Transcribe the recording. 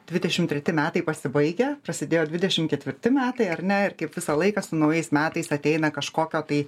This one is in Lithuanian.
dvidešim treti metai pasibaigę prasidėjo dvidešim ketvirti metai ar ne kaip visą laiką su naujais metais ateina kažkokio tai